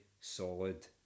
solid